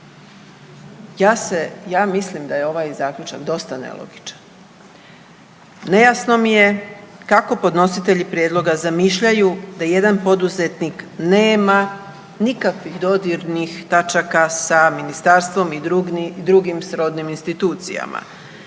Ja mislim da je ovaj zaključak dosta nelogičan, nejasno mi je kako podnositelji prijedloga zamišljaju da jedan poduzetnik nema nikakvih dodirnih tačaka sa ministarstvom i drugim srodnim institucijama.